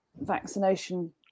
vaccination